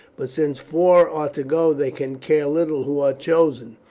but since four are to go they can care little who are chosen.